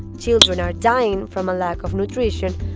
children are dying from a lack of nutrition.